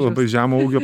labai žemo ūgio